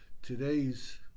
today's